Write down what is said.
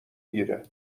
گیره